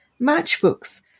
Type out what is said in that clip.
Matchbooks